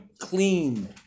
clean